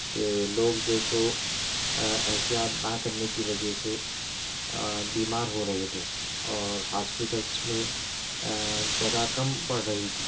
کہ لوگ جو سو احتیاط نہ کرنے کی وجہ سے بیمار ہو رہے تھے اور ہاسپیٹلس میں جگہ کم پڑ رہی تھی